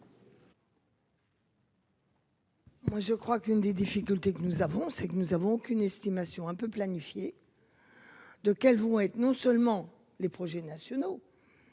Moi je crois qu'une des difficultés que nous avons c'est que nous avons qu'une estimation un peu planifié. De quels vont être non seulement les projets nationaux.